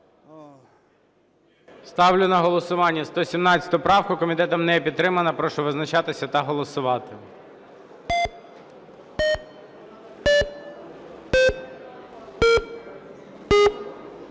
Ставлю на голосування 152 правку. Комітетом не підтримана. Прошу визначатися та голосувати.